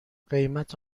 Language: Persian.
قیمت